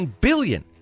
billion